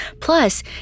Plus